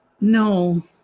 No